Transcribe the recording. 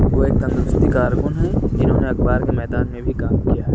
وہ ایک تنگ سدھی کارکن ہیں جنہوں نے اخبار کے میدان میں بھی کام کیا ہے